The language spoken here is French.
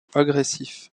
agressifs